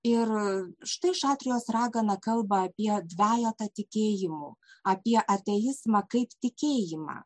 ir štai šatrijos ragana kalba apie dvejetą tikėjimų apie ateizmą kaip tikėjimą